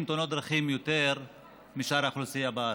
תאונות דרכים יותר משאר האוכלוסייה בארץ,